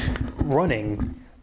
running